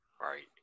Right